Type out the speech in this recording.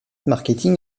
marketing